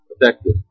effective